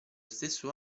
stesso